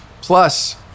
plus